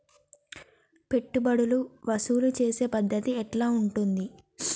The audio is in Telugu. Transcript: పెట్టుబడులు వసూలు చేసే పద్ధతి ఎట్లా ఉంటది?